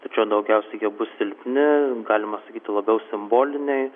tačiau daugiausia jie bus silpni galima sakyti labiau simboliniai